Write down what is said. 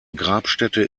grabstätte